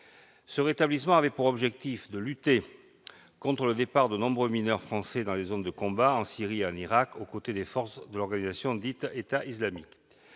Ce rétablissement avait pour objet de lutter contre le départ de nombreux mineurs français dans les zones de combat en Syrie et en Irak, aux côtés des forces de l'organisation dite de « l'État islamique ».